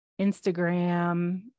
Instagram